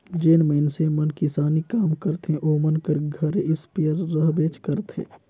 जेन मइनसे मन किसानी काम करथे ओमन कर घरे इस्पेयर रहबेच करथे